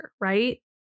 right